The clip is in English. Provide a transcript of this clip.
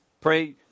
pray